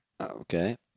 Okay